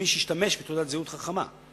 למי שישתמש בתעודת זהות חכמה.